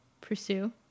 pursue